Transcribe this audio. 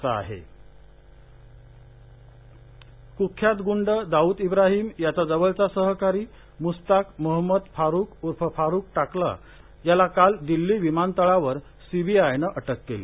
फारुख कुख्यात गुंड दाउद इब्राहीम याचा जवळचा सहकारी मुस्ताक मोहमद फारूक उर्फ फारूक टकला याला काल दिल्ली विमानतळावर सी बी आयनं अटक केली